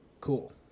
cool